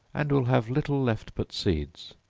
and will have little left but seeds